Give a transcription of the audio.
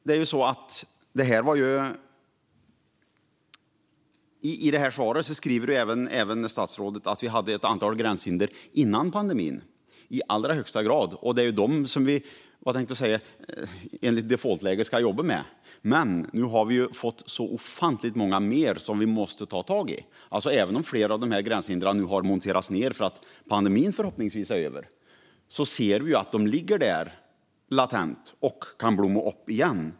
I sitt svar skrev statsrådet även att vi hade ett antal gränshinder innan pandemin. Ja, i allra högsta grad, och dem ska vi jobba med. Men tyvärr har vi fått många fler som vi måste ta tag i. Även om vissa gränshinder har monterats ned eftersom pandemin är över ligger de latent och kan återuppstå.